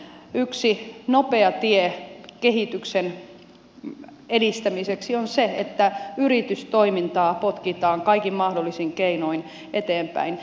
yksi nopea tie kehityksen edistämiseksi on se että yritystoimintaa potkitaan kaikin mahdollisin keinoin eteenpäin